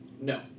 No